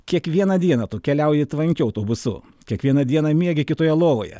kiekvieną dieną tu keliauji tvankiu autobusu kiekvieną dieną miegi kitoje lovoje